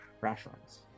rations